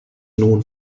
known